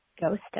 ghosted